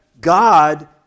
God